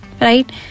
right